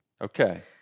Okay